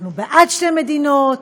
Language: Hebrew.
אנחנו בעד שתי מדינות,